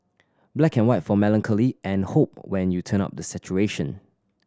black and white for melancholy and hope when you turn up the saturation